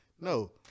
No